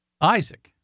Isaac